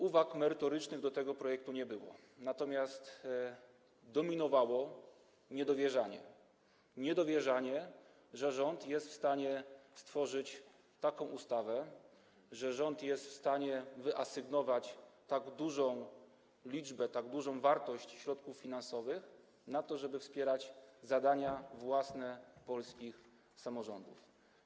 Uwag merytorycznych do tego projektu nie było, natomiast dominowało niedowierzanie, że rząd jest w stanie stworzyć taką ustawę, że rząd jest w stanie wyasygnować tak duże środki, tak dużą wartość środków finansowych na to, żeby wspierać zadania własne polskich samorządów.